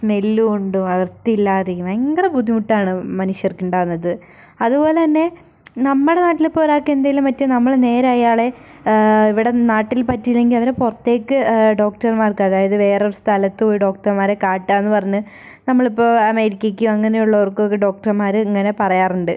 smell കൊണ്ടും വൃത്തിയില്ലാതെയും ഭയങ്കര ബുദ്ധിമുട്ടാണ് മനുഷ്യർക്ക് ഉണ്ടാകുന്നത് അതുപോലെ തന്നെ നമ്മുടെ നാട്ടിലിപ്പോൾ ഒരാൾക്ക് എന്തെങ്കിലും പറ്റിയാൽ നമ്മൾ നേരെ അയാളെ ഇവിടെ നാട്ടിൽ പറ്റില്ലെങ്കിൽ അവരെ പുറത്തേക്ക് ഡോക്ടർമാർക്ക് അതായത് വേറൊരു സ്ഥലത്ത് പോയി ഡോക്ടർമാരെ കാട്ടുക എന്ന് പറഞ്ഞ് നമ്മളിപ്പോൾ അമേരിക്കക്കോ അങ്ങനെ ഉള്ളവർക്കൊക്കെ ഡോക്ടർമാർ ഇങ്ങനെ പറയാറുണ്ട്